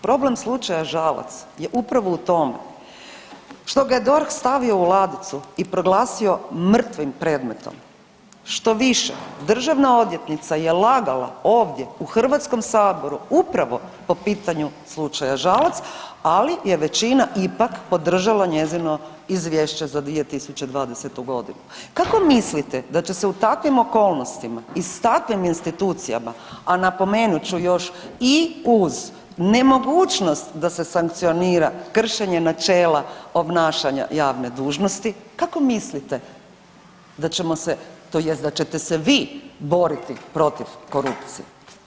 Problem slučaja Žalac je upravo u tom što ga je DORH stavio u ladicu i proglasio mrtvim predmetom, štoviše državna odvjetnica je lagala ovdje u HS-u upravo po pitanju slučaju Žalac, ali je većina ipak podržala njezino izvješće za 2020.g. Kako mislite da će se u takvim okolnostima i s takvim institucijama, a napomenut ću još i uz nemogućnost da se sankcionira kršenje načela obnašanja javne dužnosti, kako mislite da ćemo se tj. da ćete se vi boriti protiv korupcije?